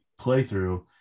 playthrough